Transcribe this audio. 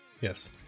Yes